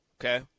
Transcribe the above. okay